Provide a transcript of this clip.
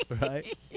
right